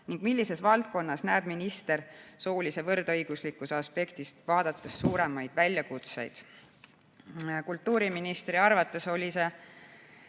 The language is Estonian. ning millises valdkonnas näeb minister soolise võrdõiguslikkuse aspektist vaadates suuremaid väljakutseid. Kultuuriministri arvates oli see